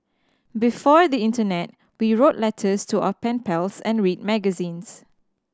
before the internet we wrote letters to our pen pals and read magazines